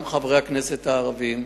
גם חברי הכנסת הערבים,